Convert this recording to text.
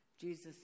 Jesus